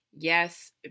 Yes